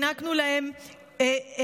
הענקנו להם נשקים,